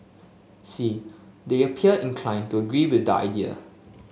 see they appear inclined to agree with the idea